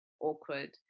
awkward